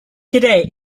today